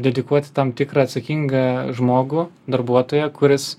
dedikuoti tam tikrą atsakingą žmogų darbuotoją kuris